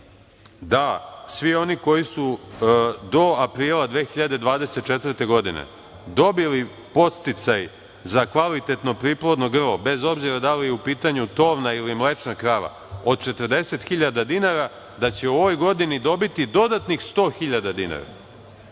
da svi oni koji su do aprila 2024. godine dobili podsticaj za kvalitetno priplodno grlo, bez obzira da li je u pitanju tovna ili mlečna krava, od 40.000 dinara, da će u ovoj godini dobiti dodatnih 100.000 dinara,